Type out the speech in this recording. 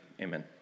amen